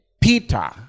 Peter